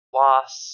loss